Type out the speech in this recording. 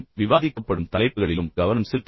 விவாதிக்கப்படும் தலைப்புகளில் கவனம் செலுத்துங்கள்